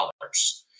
dollars